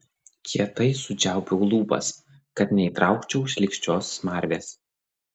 kietai sučiaupiau lūpas kad neįtraukčiau šlykščios smarvės